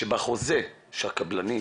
שבחוזה שנעשה